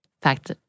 fact